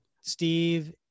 Steve